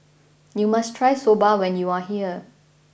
you must try Soba when you are here